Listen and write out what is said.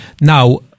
Now